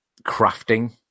crafting